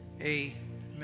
amen